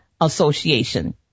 Association